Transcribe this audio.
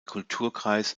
kulturkreis